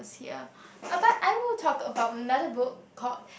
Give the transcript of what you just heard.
ya but I will talk about another book called